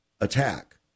attack